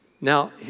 Now